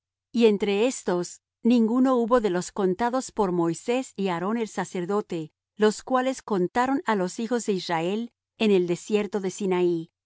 y entre estos ninguno hubo de los contados por moisés y aarón el sacerdote los cuales contaron á los hijos de israel en el desierto de sinaí